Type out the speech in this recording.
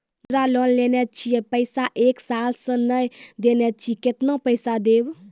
मुद्रा लोन लेने छी पैसा एक साल से ने देने छी केतना पैसा देब?